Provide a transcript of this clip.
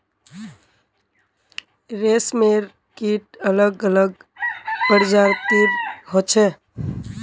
रेशमेर कीट अलग अलग प्रजातिर होचे